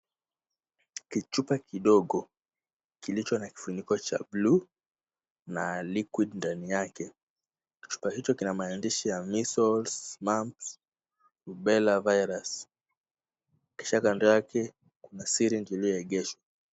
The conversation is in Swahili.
Kichupa kidogo kilicho na kifuniko cha buluu na (cs)liquid(cs)ndani yake. Chupa hicho kina maandishi ya,(cs)measles, mumps, rubella virus(cs), kisha kando yake kuna sirenji iliyoegeshwa.